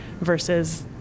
versus